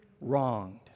wronged